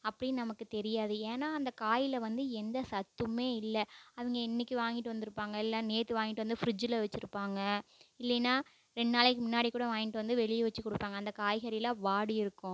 அப்படின் நமக்கு தெரியாது ஏன்னா அந்த காயில் வந்து எந்த சத்துமே இல்லை அவங்க இன்றைக்கி வாங்கிட்டு வந்திருப்பாங்க இல்லை நேற்று வாங்கிட்டு வந்து ஃப்ரிட்ஜில் வச்சுருப்பாங்க இல்லைனா ரெண்டு நாளைக்கு முன்னாடி கூட வாங்கிட்டு வந்து வெளியே வச்சு கொடுப்பாங்க அந்த காய்கறி எல்லாம் வாடி இருக்கும்